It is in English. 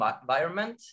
environment